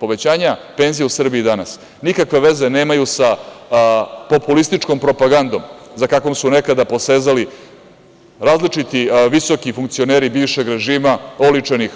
Povećanja penzija u Srbiji danas nikakve veze nemaju sa populističkom propagandom za kakvom su nekad posezali različiti visoki funkcioneri bivšeg režima oličenih,